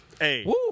Hey